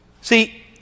See